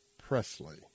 Presley